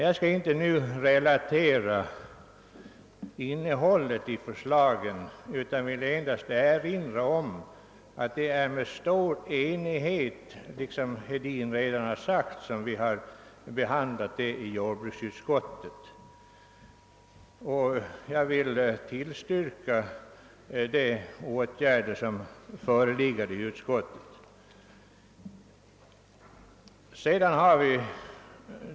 Jag skall inte nu relatera innehållet i förslagen utan vill endast erinra om att vi i jordbruksutskottet, såsom herr Hedin redan framhållit, under stor enighet behandlat detta ärende. Jag vill också tillstyrka de åtgärder som föreslås i utskottets utlåtande.